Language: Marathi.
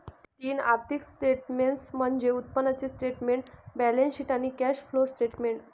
तीन आर्थिक स्टेटमेंट्स म्हणजे उत्पन्नाचे स्टेटमेंट, बॅलन्सशीट आणि कॅश फ्लो स्टेटमेंट